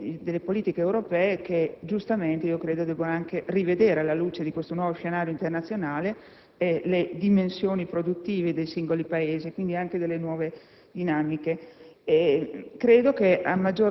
effetti anche delle riforme delle politiche europee che giustamente, a mio avviso, debbono anche rivedere, alla luce di questo nuovo scenario internazionale, le dimensioni produttive dei singoli Paesi e, quindi, anche delle nuove dinamiche.